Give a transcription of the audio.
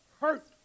hurt